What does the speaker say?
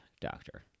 doctor